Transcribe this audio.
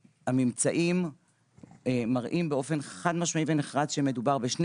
שהממצאים מראים באופן חד משמעי ונחרץ שמדובר בשני